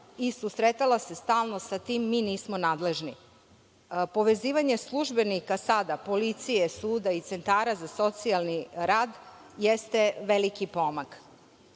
i susretala se stalno sa tim - mi nismo nadležni. Povezivanje službenika sada policije, suda i centara za socijalni rad jeste veliki pomak. Jedino